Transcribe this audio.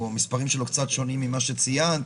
המספרים שלו קצת שונים ממה שציינת,